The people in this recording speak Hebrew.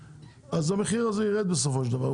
אז המחיר הזה ירד בסופו של דבר,